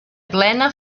plena